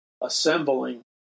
assembling